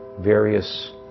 various